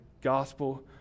gospel